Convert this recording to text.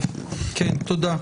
תודה.